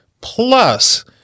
Plus